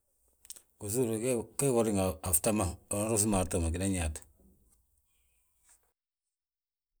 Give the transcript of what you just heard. Gisuur gee gi unriŋa a fta ma, unan wi ros marto ma ginan yaat.